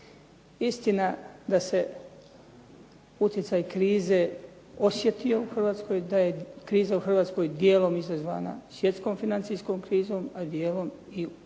Istina da se utjecaj krize osjetio u Hrvatskoj, da je kriza u Hrvatskoj djelom izazvana svjetskom financijskom krizom a djelom i unutarnjim